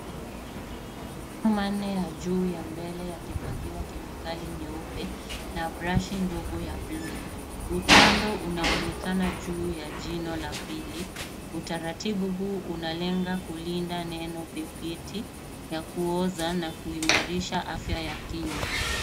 Manne ya juu ya mbele yakipakiwa kemikali nyeupe na brashi ndogo ya blue . Utando unaonekana juu ya jino la pili. Utaratibu huu unalenga kulinda neno dhibiti ya kuoza na kuimarisha afya ya kinywa.